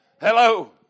hello